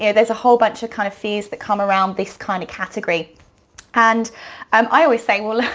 yeah there's a whole bunch kind of fears that come around this kind of category and um i always say, well look,